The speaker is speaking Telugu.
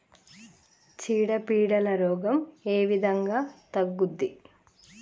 చీడ పీడల రోగం ఏ విధంగా తగ్గుద్ది?